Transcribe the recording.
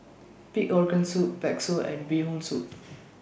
Pig Organ Soup Bakso and Bee Hoon Soup